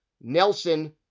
Nelson